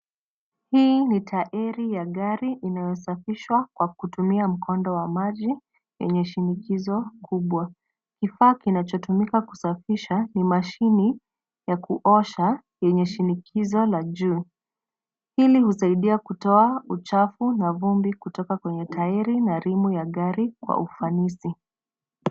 Hii ni tairi ya gari inayosafishwa kwa kutumia mkondo wa maji yenye shinikizo kubwa. Kifaa kinachotumika kusafisha ni mashini ya kuosha yenye shinikizo la juu. Hili husaidia kutoa uchafu na vumbi kutoka kwenye tairi na rimu ya gari kwa ufanisi.